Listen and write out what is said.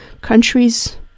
countries